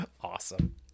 Awesome